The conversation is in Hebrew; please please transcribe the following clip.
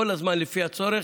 כל הזמן לפי הצורך,